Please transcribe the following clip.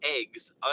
eggs